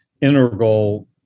integral